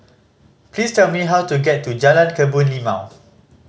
please tell me how to get to Jalan Kebun Limau